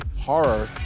Horror